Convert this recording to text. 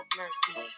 mercy